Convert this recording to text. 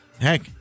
Heck